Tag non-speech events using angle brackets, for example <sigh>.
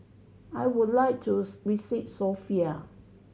I would like to <unintelligible> visit Sofia